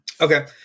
Okay